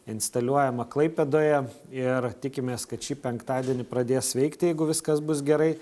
instaliuojama klaipėdoje ir tikimės kad šį penktadienį pradės veikti jeigu viskas bus gerai